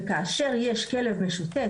וכאשר יש כלב משוטט,